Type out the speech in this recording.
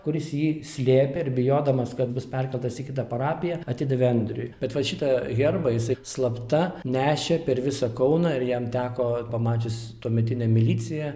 kuris jį slėpė ir bijodamas kad bus perkeltas į kitą parapiją atidavė andriui bet va šitą herbą jisai slapta nešė per visą kauną ir jam teko pamačius tuometinę miliciją